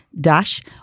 dash